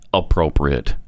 appropriate